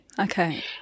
Okay